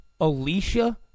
Alicia